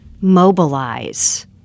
mobilize